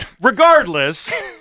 Regardless